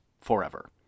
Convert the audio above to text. forever